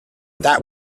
that